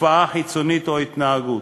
הופעה חיצונית או התנהגות,